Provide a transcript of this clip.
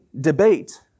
debate